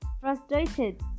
frustrated